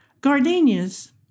Gardenias